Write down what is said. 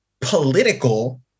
political